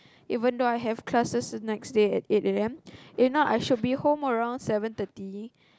even though I have classes the next day at eight a_m if not I should be home around seven thirty